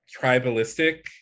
tribalistic